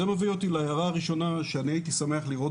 זה מביא אותי להערה הראשונה והיא שאני הייתי שמח לראות